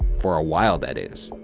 for a while, that is.